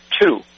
two